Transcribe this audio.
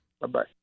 Bye-bye